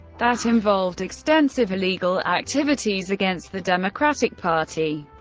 that involved extensive illegal activities against the democratic party.